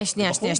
שנייה שנייה,